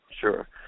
Sure